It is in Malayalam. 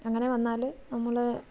അങ്ങനെ വന്നാൽ നമ്മൾ